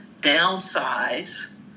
downsize